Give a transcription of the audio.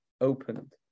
opened